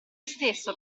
stesso